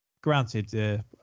Granted